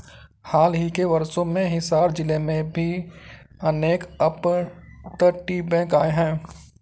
हाल ही के वर्षों में हिसार जिले में भी अनेक अपतटीय बैंक आए हैं